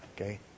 Okay